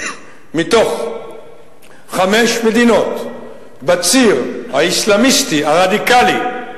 מתוך חמש מדינות בציר האסלאמיסטי הרדיקלי,